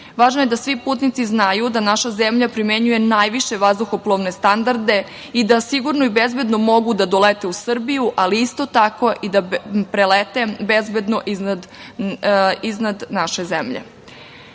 je da svi putnici znaju da naša zemlja primenjuje najviše vazduhoplovne standarde i da sigurno i bezbedno mogu da dolete u Srbiju, ali isto tako i da prelete bezbedno iznad naše zemlje. Takođe,